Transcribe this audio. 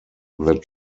that